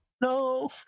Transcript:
No